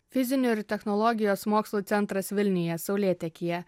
fizinių ir technologijos mokslų centras vilniuje saulėtekyje